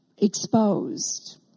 Exposed